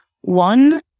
one